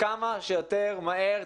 כמה שיותר מהר,